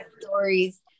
stories